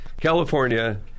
California